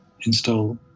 install